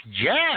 Yes